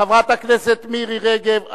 חברת הכנסת מירי רגב,